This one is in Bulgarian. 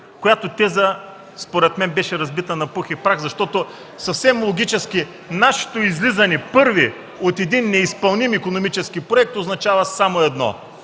Тази теза според мен беше разбита на пух и прах, защото съвсем логически нашето излизане първи от един неизпълним икономически проект означава само едно